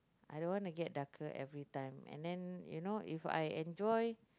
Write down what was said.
I don't wanna get darker everytime and then you know if I enjoy